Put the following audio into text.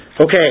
okay